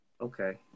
Okay